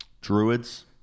Druids